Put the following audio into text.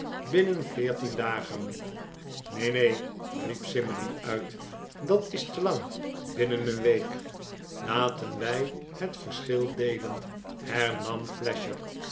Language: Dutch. binnen veertien dagen neen neen riep simmery uit dat is te lang binnen een week laten wij het verschil deelen hernam flasher